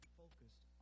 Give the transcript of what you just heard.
focused